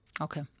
Okay